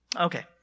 Okay